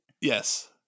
Yes